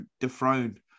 dethroned